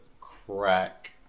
crack